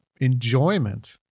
enjoyment